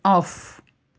off